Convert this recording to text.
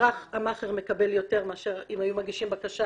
שבהכרח המאכער היה מקבל יותר אם היו מגישים בקשה